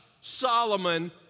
Solomon